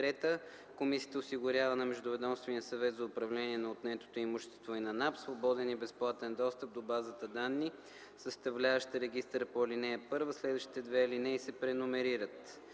Комисията осигурява на Междуведомствения съвет за управление на отнетото имущество и на НАП свободен и безплатен достъп до базата данни, съставляваща регистъра по ал. 1.” Следващите две алинеи се преномерират.